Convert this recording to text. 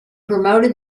promoted